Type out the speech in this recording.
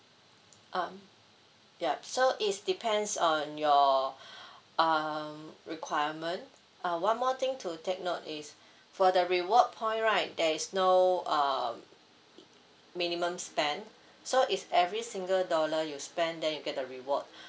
um yup so it's depends on your um requirement uh one more thing to take note is for the reward point right there is no so uh minimum spend so if every single dollar you spend then you get the reward